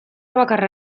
bakarra